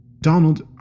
Donald